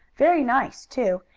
very nice, too,